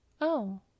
Oh